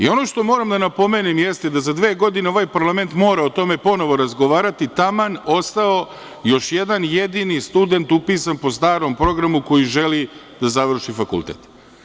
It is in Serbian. Ono što moram da napomene jeste da za dve godine ovaj parlament mora o tome ponovo razgovarati, taman ostao još jedan jedini student upisan po starom programu koji želi da završi fakultet.